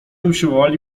usiłowali